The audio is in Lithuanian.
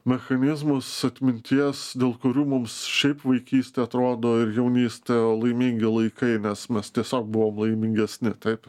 mechanizmus atminties dėl kurių mums šiaip vaikystė atrodo ir jaunystė laimingi laikai nes mes tiesiog buvom laimingesni taip